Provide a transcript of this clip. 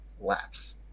laps